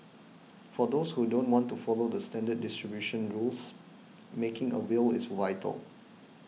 for those who don't want to follow the standard distribution rules making a will is vital